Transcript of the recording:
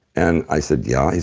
and i said, yeah. he